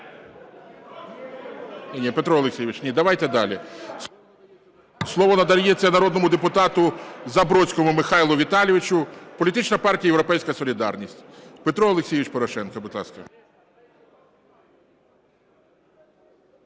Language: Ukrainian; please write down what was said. Ні-ні, Петро Олексійович, давайте далі. Слово надається народному депутату Забродському Михайлу Віталійовичу, політична партія "Європейська солідарність". Петро Олексійович Порошенко, будь ласка.